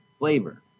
flavor